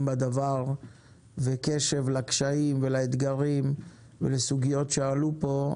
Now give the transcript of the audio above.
בדבר וקשב לקשיים ולאתגרים ולסוגיות שעלו פה,